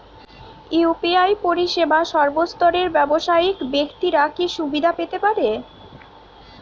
UPI পরিসেবা সর্বস্তরের ব্যাবসায়িক ব্যাক্তিরা কি সুবিধা পেতে পারে?